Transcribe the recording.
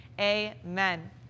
Amen